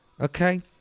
okay